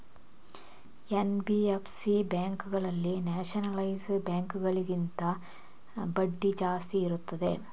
NBFC ಮತ್ತು nationalise ಬ್ಯಾಂಕುಗಳ ನಡುವಿನ ವ್ಯತ್ಯಾಸವನ್ನು ತಿಳಿಸಿ?